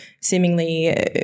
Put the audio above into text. seemingly